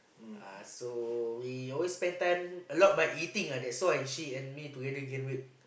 uh so we always spend time a lot by eating lah that's why she and me together gain weight